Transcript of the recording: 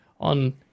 on